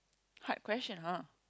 hard question ha